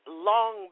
long